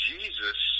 Jesus